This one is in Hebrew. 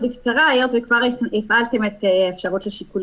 זו המציאות ובגלל זה,